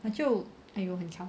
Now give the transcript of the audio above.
那就 !aiya! 很吵